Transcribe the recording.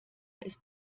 ist